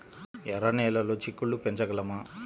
ఎర్ర నెలలో చిక్కుళ్ళు పెంచగలమా?